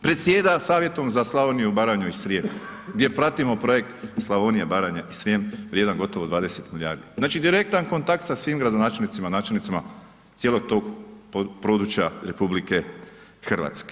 Predsjeda savjetom za Slavoniju, Baranju i Srijem, gdje pratimo projekt Slavonija, Baranja i Srijem, vrijedan gotovo 20 milijardi, znači direktan kontakt sa svim gradonačelnicima, načelnicima cijelog tog područja RH.